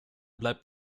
bleibt